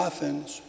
Athens